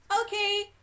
Okay